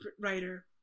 writer